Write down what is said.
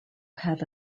had